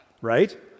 right